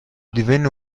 divenne